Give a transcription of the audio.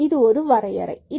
இது ஒரு வரையறை